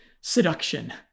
seduction